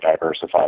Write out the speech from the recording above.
diversified